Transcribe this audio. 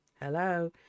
hello